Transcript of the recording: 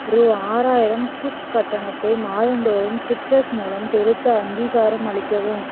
ரூபா ஆறாயிரம் சிப் கட்டணத்தை மாதந்தோறும் சிட்ரஸ் மூலம் செலுத்த அங்கீகாரம் அளிக்கவும்